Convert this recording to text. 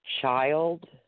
child